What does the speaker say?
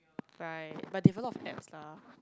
right but they have a lot of eps lah